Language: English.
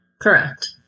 Correct